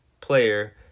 player